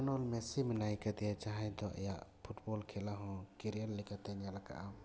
Lionel Messi ᱢᱮᱱᱟᱭ ᱠᱟᱫᱮᱭᱟ ᱡᱟᱦᱟᱸᱭ ᱫᱚ ᱟᱭᱟᱜ ᱯᱷᱩᱴᱵᱚᱞ ᱠᱷᱮᱞᱟ ᱦᱚᱸ ᱠᱮᱨᱭᱟᱨ ᱞᱮᱠᱟᱛᱮᱭ ᱧᱮᱞ ᱟᱠᱟᱜᱼᱟ